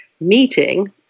meeting